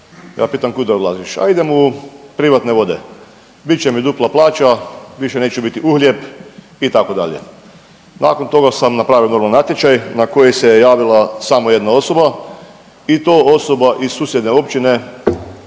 Ja pitam kuda odlaziš, a idem u privatne vode, bit će mi dupla plaća, više neću biti uhljeb, itd. Nakon toga sam napravio normalno natječaj na koji se javila samo jedna osoba i to osoba iz susjedne općine